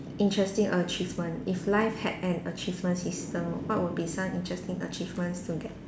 interesting achievement if life had an achievement system what would be some interesting achievements to get